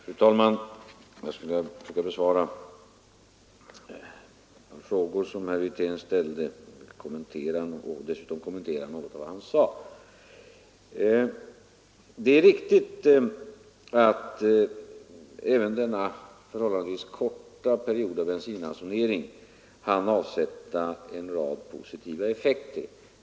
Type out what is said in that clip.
Fru talman! Jag skall försöka att svara på de frågor som herr Wirtén ställde och att något kommentera vad herr Wirtén sade i övrigt. Det är riktigt att även denna förhållandevis korta period av bensinransonering hann avsätta en rad positiva effekter.